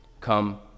come